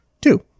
two